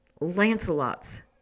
Lancelot's